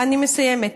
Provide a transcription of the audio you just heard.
אני מסיימת.